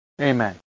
Amen